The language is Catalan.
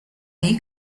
dir